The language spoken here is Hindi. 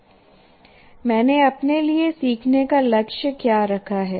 मैंने अपने लिए सीखने का लक्ष्य क्या रखा है